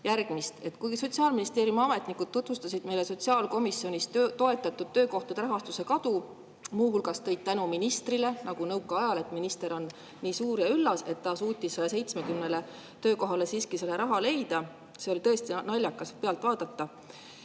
järgmist. Kui Sotsiaalministeeriumi ametnikud tutvustasid meile sotsiaalkomisjonis toetatud töökohtade rahastuse kadu, muu hulgas tänati ministrit nagu nõukaajal, et minister on nii suur ja üllas, et ta suutis 170 töökohale siiski selle raha leida – seda oli tõesti naljakas pealt vaadata